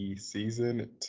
Season